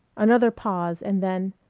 another pause and then